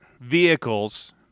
vehicles